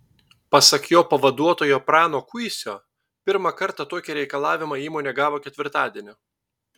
pasak jo pavaduotojo prano kuisio pirmą kartą tokį reikalavimą įmonė gavo ketvirtadienį